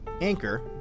Anchor